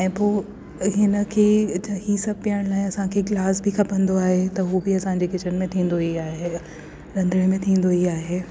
ऐं पोइ हिन खे इहा सभु पीअण लाइ असांखे गिलास बि खपंदो आहे त हो बि असांजे किचन में थींदो ही आहे रंधिणे में थींदो ई आहे